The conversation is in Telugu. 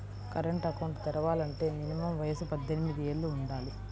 కరెంట్ అకౌంట్ తెరవాలంటే మినిమం వయసు పద్దెనిమిది యేళ్ళు వుండాలి